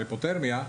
היפותרמיה.